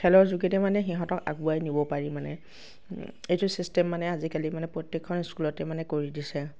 খেলৰ যোগেদি মানে সিহঁতক আগুৱাই নিব পাৰি মানে এইটো চিষ্টেম মানে আজিকালি মানে প্ৰত্যেকখন স্কুলতে মানে কৰি দিছে